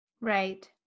Right